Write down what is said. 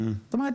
זאת אומרת,